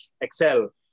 Excel